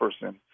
person